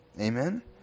Amen